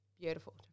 Beautiful